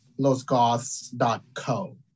losgoths.co